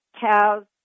cows